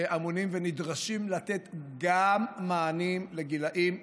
שאמונים ונדרשים לתת גם מענים גם לגילאים צעירים,